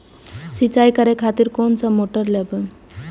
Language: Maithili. सीचाई करें खातिर कोन सा मोटर लेबे?